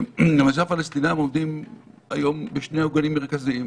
הפלסטינים עובדים היום בשני עוגנים מרכזיים,